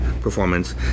performance